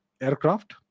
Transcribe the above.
aircraft